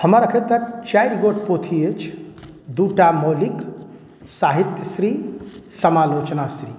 हमर अखनि तक चारि गो पोथी अछि दूटा मौलिक साहित्यश्री समालोचना श्री